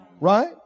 right